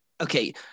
okay